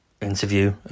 interview